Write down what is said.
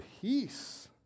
peace